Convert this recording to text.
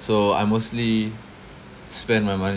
so I mostly spend my mo~